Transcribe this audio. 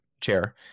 chair